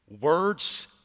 words